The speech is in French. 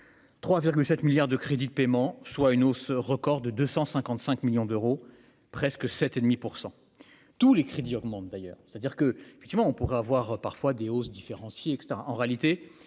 3,7 milliards de crédits de paiement, soit une hausse record de 255 millions d'euros, presque 7 et demi pour % tous les crédits augmentent d'ailleurs, c'est-à-dire que, effectivement, on pourra avoir parfois des hausses différencier, etc